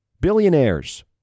billionaires